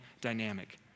dynamic